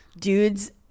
dudes